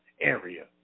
area